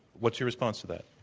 what's your response to that?